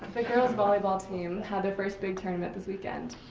the girls' volleyball team had their first big tournament this weekend.